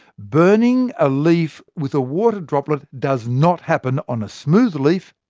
burning a leaf with a water droplet does not happen on a smooth leaf,